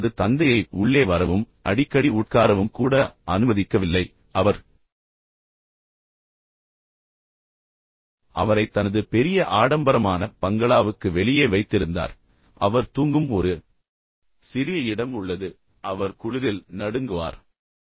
எனவே அவர் தனது தந்தையை உள்ளே வரவும் அடிக்கடி உட்காரவும் கூட அனுமதிக்கவில்லை அவர் பெரும்பாலும் அவரை தனது பெரிய ஆடம்பரமான பங்களாவுக்கு வெளியே வைத்திருந்தார் மேலும் அவர் தூங்கும் ஒரு சிறிய இடம் உள்ளது அவர் குளிரில் நடுங்குவார்